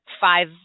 five